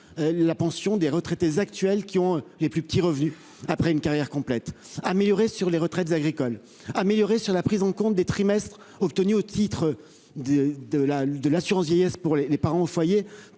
la pension des retraités actuels qui ont les plus petits revenus après une carrière complète. Amélioré sur les retraites agricoles, amélioré aussi par la prise en compte des trimestres obtenus au titre de l'assurance vieillesse par les parents au foyer,